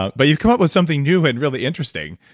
ah but you've come up with something new and really interesting.